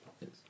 yes